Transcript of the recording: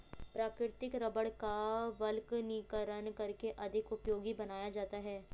प्राकृतिक रबड़ का वल्कनीकरण करके अधिक उपयोगी बनाया जाता है